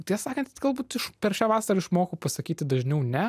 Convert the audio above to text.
tiesą sakant galbūt iš per šią vasarą išmokau pasakyti dažniau ne